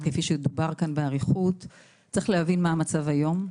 יש להבין מה המצב כיום.